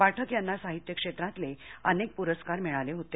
पाठक यांना साहित्य क्षेत्रातले अनेक पुरस्कार मिळाले होते